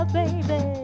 baby